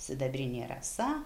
sidabrinė rasa